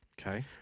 Okay